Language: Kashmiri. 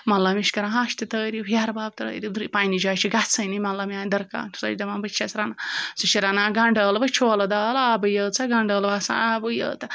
مطلب مےٚ چھِ کَران ہَش تہِ تعاریٖف ہیٚہربَب تعاریٖف دٔرٛے پنٛنہِ جایہِ چھِ گژھٲنی مطلب میٛانہِ درکاکنہِ سۄ چھِ دَپان بہٕ تہِ چھٮ۪س رَنان سُہ چھِ رَنان گَنٛڈٕ ٲلوٕ چھولہٕ دال آبٕے یِیٲژ گَنٛڈٕ ٲلوٕ آسان آبٕے یوت